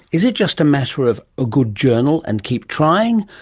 is it just a matter of a good journal and keep trying?